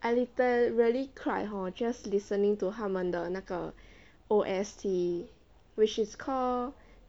I literally cry hor just listening to 他们的那个 O_S_T which is called